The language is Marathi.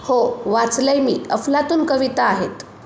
हो वाचलं आहे मी अफलातून कविता आहेत